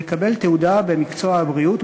לקבל תעודה במקצוע הבריאות,